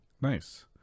Nice